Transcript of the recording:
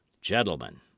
gentlemen